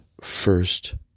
first